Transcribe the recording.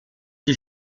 die